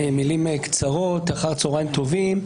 אחר צוהריים טובים,